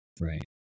right